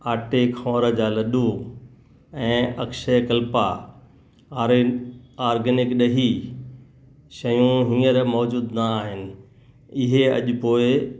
आटे खोर जा लड्डू ऐं अक्षयकल्पा आर एन ऑर्गेनिक ड॒ही शयूं हींअर मौजूदु न आहिनि इहे अॼु पोएं